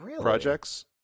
projects